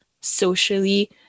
socially